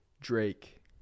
Drake